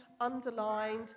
underlined